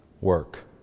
work